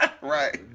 Right